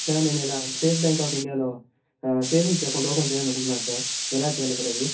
sir నేను ఇలా state bank of ఇండియాలో సేవింగ్స్ అకౌంట్ ఓపెన్ చేయాలని అనుకుంటున్నాను సార్ ఎలా చేయాలి సార్ అది